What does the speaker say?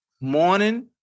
morning